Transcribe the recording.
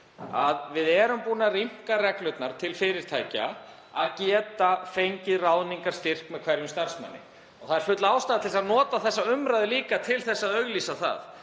Við erum búin að rýmka reglurnar til fyrirtækja þannig að þau geti fengið ráðningarstyrk með hverjum starfsmanni. Það er full ástæða til að nota þessa umræðu líka til að auglýsa það,